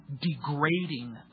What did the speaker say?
degrading